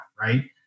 right